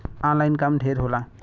online काम ढेर होला